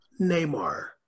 Neymar